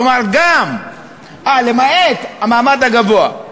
כלומר, למעט המעמד הגבוה,